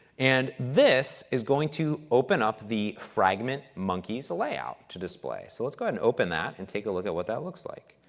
and this is going to open up the fragment monkeys layout to display. so, let's go ahead and open that and take a look at what that looks like.